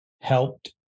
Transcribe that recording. helped